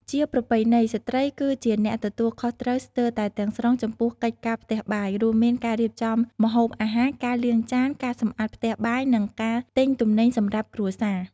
ជាប្រពៃណី ស្ត្រីគឺជាអ្នកទទួលខុសត្រូវស្ទើរតែទាំងស្រុងចំពោះកិច្ចការផ្ទះបាយ រួមមានការរៀបចំម្ហូបអាហារ ការលាងចាន ការសម្អាតផ្ទះបាយ និងការទិញទំនិញសម្រាប់គ្រួសារ។